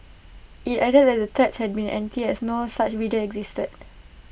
IT added that the the threats had been empty as no such video existed